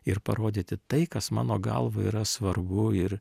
ir parodyti tai kas mano galva yra svarbu ir